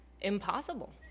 impossible